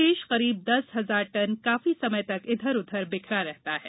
शेष करीब दस हजार टन काफी समय तक इधर उधर बिखरा रहता है